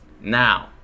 Now